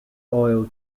oil